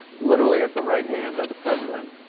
literally at the right hand of the president.